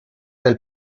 del